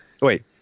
Wait